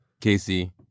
Casey